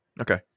Okay